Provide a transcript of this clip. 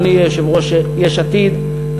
אדוני יושב-ראש יש עתיד,